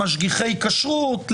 למשגיחי כשרות,